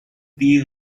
the